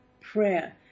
prayer